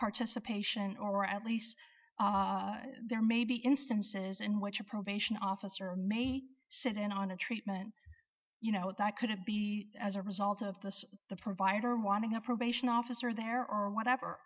participation or at least there may be instances in which a probation officer may sit in on a treatment you know that couldn't be as a result of this the provider wanting a probation officer there are whatever